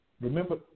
remember